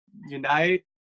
unite